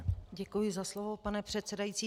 Děkuji za slovo, pane předsedající.